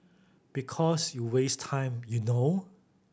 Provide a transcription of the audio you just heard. because you waste time you know